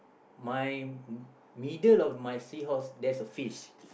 my middle of my seahorse there's a fish